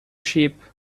shape